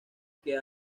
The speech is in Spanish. que